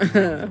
(uh huh)